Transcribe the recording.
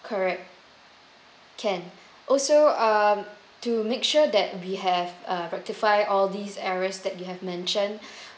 correct can also uh to make sure that we have uh rectified all these errors that you have mentioned